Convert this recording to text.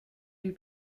lui